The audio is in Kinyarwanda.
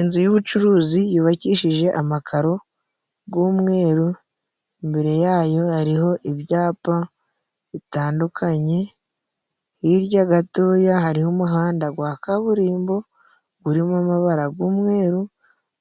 Inzu y'ubucuruzi yubakishije amakaro gw'umweru, imbere yayo hariho ibyapa bitandukanye, hirya gatoya hariho umuhanda gwa kaburimbo, gurimo amabara gw'umweru,